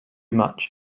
much